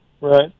Right